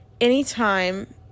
anytime